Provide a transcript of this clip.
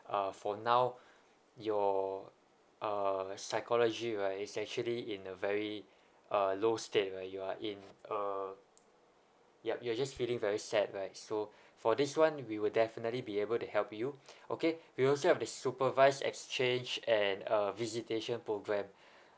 ah for now your uh psychology right is actually in a very uh low state right you are in uh yup you're just feeling very sad right so for this one we will definitely be able to help you okay we also have the supervised exchange and uh visitation programme